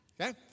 Okay